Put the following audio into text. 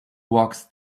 walks